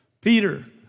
Peter